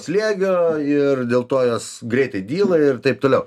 slėgio ir dėl to jos greitai dyla ir taip toliau